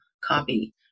copy